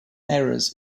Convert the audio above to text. errors